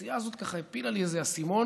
והנסיעה הזאת הפילה לי איזה אסימון,